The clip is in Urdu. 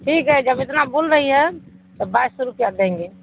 ٹھیک ہے جب اتنا بول رہی ہے تو بائیس سو روپیہ دیں گے